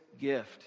gift